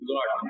God